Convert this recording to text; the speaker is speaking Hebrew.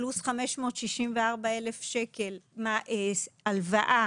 פלוס 564,000 ₪ של הלוואה